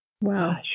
Wow